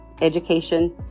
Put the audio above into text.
education